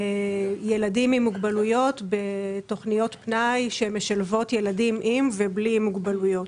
לילדים עם מוגבלויות בתכניות פנאי שמשלבות ילדים עם ובלי מוגבלויות.